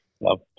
Love